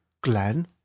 Glenn